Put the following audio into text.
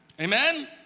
Amen